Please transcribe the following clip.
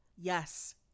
Yes